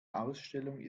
ausstellung